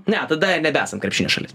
ne tada nebesam krepšinio šalis